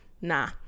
nah